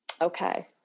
okay